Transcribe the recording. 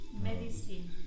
Medicine